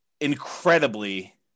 incredibly